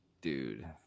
Dude